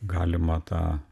galima tą